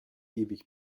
ewig